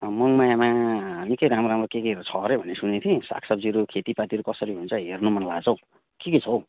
मनमायामा निकै राम्रो राम्रो के केहरू छ अरे भनेको सुनेको थिएँ सागसब्जीहरू खेतीपातीहरू कसरी हुन्छ हेर्नु मनलागेको छ हौ के के छ हौ